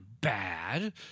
bad